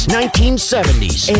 1970s